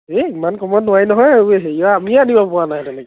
এই ইমান কমত নোৱাৰি নহয় আৰু সেয়া আমিয়ে আনিবপৰা নাই তেনেকৈ